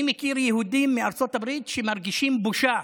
אני מכיר יהודים בארצות הברית שמרגישים בושה